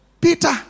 peter